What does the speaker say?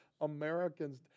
Americans